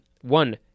One